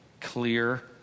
clear